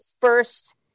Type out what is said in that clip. first